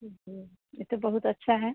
ठीक है यह तो बहुत अच्छा है